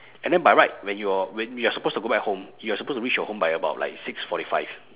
and then by right when you're when we are supposed to go back home you are supposed to reach your home by about like six forty five